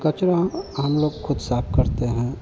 कचरा हम लोग ख़ुद साफ करते हैं